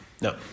No